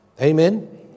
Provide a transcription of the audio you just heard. Amen